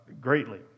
greatly